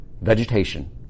Vegetation